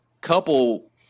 couple